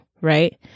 right